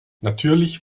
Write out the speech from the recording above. natürlich